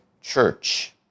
church